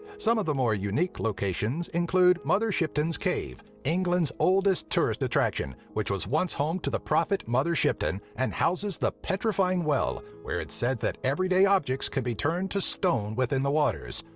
some of the more unique locations include mother shipton's cave, england's oldest tourist attraction which was once home to the prophet mother shipton and houses the petrifying well, where it's said that everyday objects can be turned to stone within the waters.